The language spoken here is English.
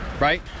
Right